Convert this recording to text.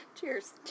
Cheers